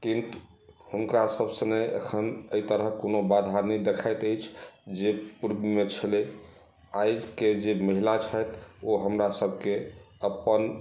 किन्तु हुनका सबसे नहि अखन एहि तरहक कोनो बाधा नहि देखैत अछि जे पूर्व मे छलै आइके जे महिला छथि ओ हमरा सबके अपन